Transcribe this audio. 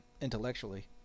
intellectually